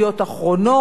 או "כתר",